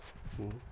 mm